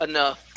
Enough